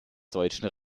deutschen